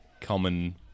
common